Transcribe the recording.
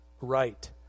right